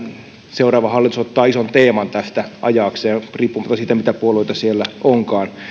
seuraava hallitus ottaa ison teeman tästä ajaakseen riippumatta siitä mitä puolueita siellä onkaan